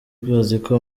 baziko